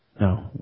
No